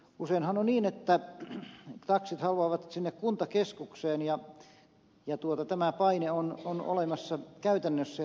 useinhan on niin että taksit haluavat sinne kuntakeskukseen ja tämä paine on olemassa käytännössä